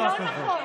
זה לא נכון.